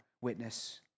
witness